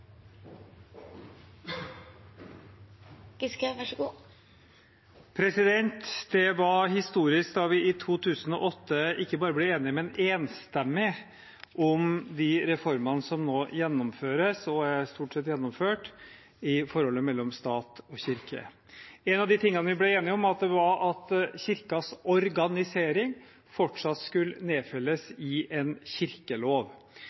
Det var historisk da vi i 2008 ikke bare ble enige, men at vi ble det enstemmig, om de reformene som nå gjennomføres og stort sett er gjennomført, i forholdet mellom stat og kirke. En av de tingene vi ble enige om, var at Kirkens organisering fortsatt skulle nedfelles i en kirkelov.